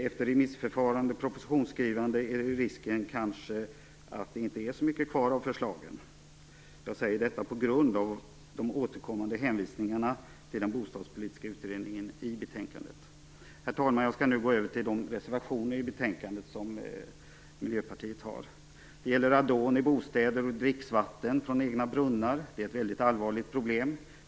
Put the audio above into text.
Efter remissförfarande och propositionsskrivande finns kanske risken att det inte är så mycket kvar av förslagen. Jag säger detta på grund av de återkommande hänvisningarna i betänkandet till den bostadspolitiska utredningen. Herr talman! Jag går nu över till Miljöpartiets reservationer i betänkandet. 1. Radonet i bostäder och i dricksvatten från egna brunnar är ett väldigt allvarligt problem.